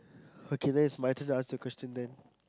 okay then it's my turn to ask the question then